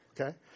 okay